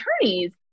attorneys